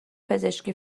پزشکی